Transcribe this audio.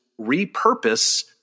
repurpose